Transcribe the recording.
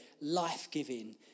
life-giving